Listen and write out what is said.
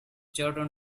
gordon